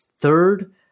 third